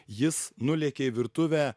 jis nulėkė į virtuvę